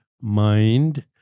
mind